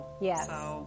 Yes